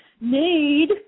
need